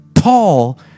Paul